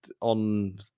on